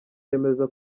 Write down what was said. yemeza